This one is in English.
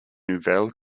nouvelle